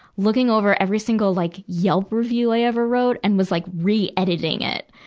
looking over every single, like yelp review i ever wrote, and was like re-editing it.